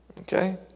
Okay